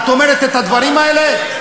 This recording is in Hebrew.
את אומרת את הדברים האלה?